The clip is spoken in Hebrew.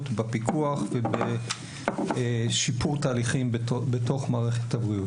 בפיקוח ובשיפור תהליכים בתוך מערכת הבריאות.